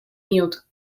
miód